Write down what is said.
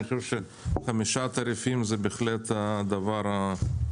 אני חושב שחמישה תעריפים זה בהחלט הדבר האופטימלי.